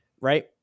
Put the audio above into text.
right